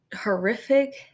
horrific